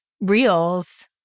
reels